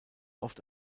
oft